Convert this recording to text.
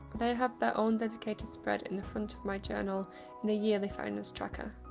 they have their own dedicated spread in the front of my journal in a yearly finance tracker.